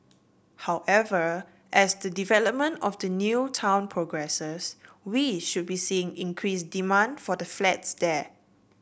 however as the development of the new town progresses we should be seeing increased demand for the flats there